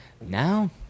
Now